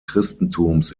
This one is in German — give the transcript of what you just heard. christentums